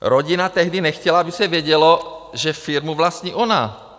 Rodina tehdy nechtěla, aby se vědělo, že firmu vlastní ona.